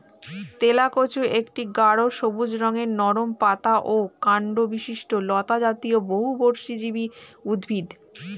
তেলাকুচা একটা গাঢ় সবুজ রঙের নরম পাতা ও কাণ্ডবিশিষ্ট লতাজাতীয় বহুবর্ষজীবী উদ্ভিদ